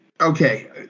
okay